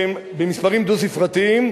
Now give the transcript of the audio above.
שהם במספרים דו-ספרתיים,